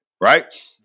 Right